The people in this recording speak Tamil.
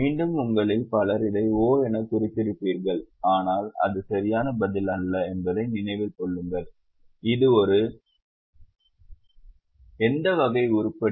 மீண்டும் உங்களில் பலர் இதை O எனக் குறித்திருப்பீர்கள் ஆனால் அது சரியான பதில் அல்ல என்பதை நினைவில் கொள்ளுங்கள் அது எந்த வகை உருப்படி